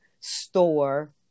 store